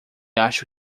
acho